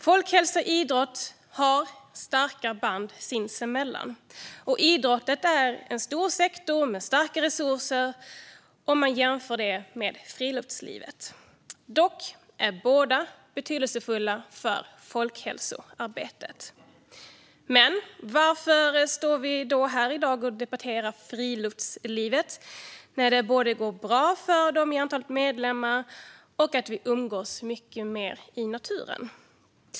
Folkhälsa och idrott har starka band sinsemellan, och idrotten är en stor sektor med starka resurser om man jämför med friluftslivet. Dock är båda betydelsefulla för folkhälsoarbetet. Men varför debattera friluftslivet när det går bra för organisationerna, som får fler medlemmar, och när vi ändå umgås mycket mer ute i naturen?